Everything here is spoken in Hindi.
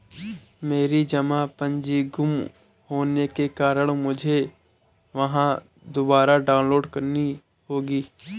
मेरी जमा पर्ची गुम होने के कारण मुझे वह दुबारा डाउनलोड करनी होगी